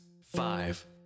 five